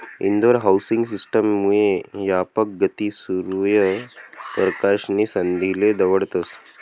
Indore housing system मुये यापक गती, सूर्य परकाश नी संधीले दवडतस